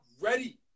ready